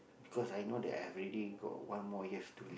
because I know that I have already got one more years to